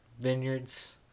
vineyards